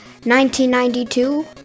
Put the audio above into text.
1992